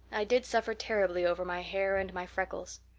i did suffer terribly over my hair and my freckles.